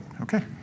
okay